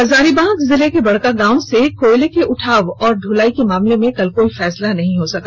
हजारीबाग जिले के बड़कागांव से कोयले के उठाव और दुलाई के मामले में कल कोई फैसला नहीं हो सका